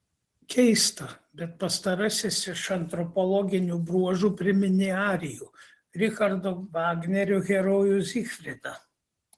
keista bet pastarasis iš antropologinių bruožų priminė arijų richardo vagnerio herojų zygfridą